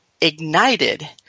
ignited